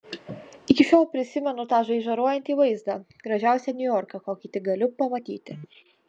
iki šiol prisimenu tą žaižaruojantį vaizdą gražiausią niujorką kokį tik gali pamatyti